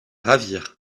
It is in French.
ravir